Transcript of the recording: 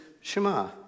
Shema